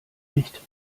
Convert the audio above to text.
nicht